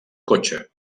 cotxe